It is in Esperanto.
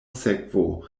sekvo